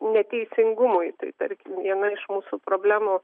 neteisingumui tai tarkim viena iš mūsų problemų